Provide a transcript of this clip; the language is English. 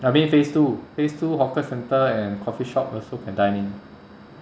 I mean phase two phase two hawker centre and coffee shop also can dine in